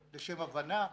הבנה,